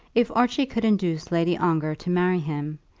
if archie could induce lady ongar to marry him,